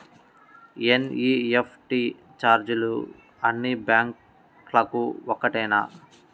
NEFT ఛార్జీలు అన్నీ బ్యాంక్లకూ ఒకటేనా?